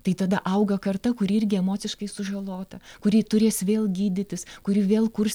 tai tada auga karta kuri irgi emociškai sužalota kuri turės vėl gydytis kuri vėl kurs